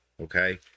Okay